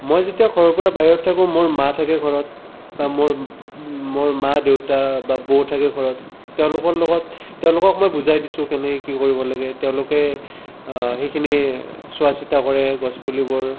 মই যেতিয়া ঘৰৰ পৰা বাহিৰত থাকো মোৰ মা থাকে ঘৰত বা মোৰ মোৰ মা দেউতা বা বৌ থাকে ঘৰত তেওঁলোকৰ লগত তেওঁলোকক মই বুজাই দিছোঁ কেনেকৈ কি কৰিব লাগে তেওঁলোকে সেইখিনি চোৱা চিতা কৰে গছ পুলিবোৰ